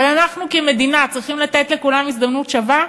אבל אנחנו כמדינה צריכים לתת לכולם הזדמנות שווה?